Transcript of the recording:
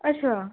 अच्छा